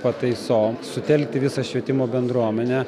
pataisom sutelkti visą švietimo bendruomenę